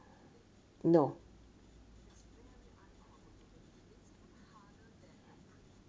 no